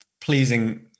pleasing